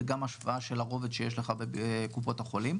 זה גם השוואה של הרובד שיש לך בקופות החולים.